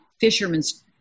fisherman's